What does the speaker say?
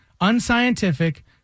unscientific